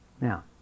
Now